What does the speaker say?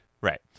right